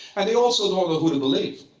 and they also know and who to believe.